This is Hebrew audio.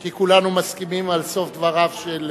כי כולנו מסכימים לסוף דבריו של